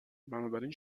بنابراین